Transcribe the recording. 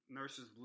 nurses